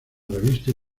revistas